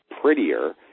prettier